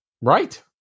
Right